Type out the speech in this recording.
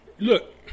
Look